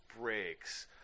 Breaks